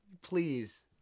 Please